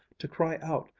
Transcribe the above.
to cry out,